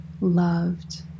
loved